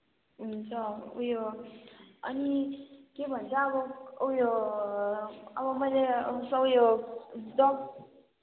हुन्छ उयो अनि के भन्छ अब उयो अब मैले सब उयो डक